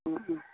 Om Om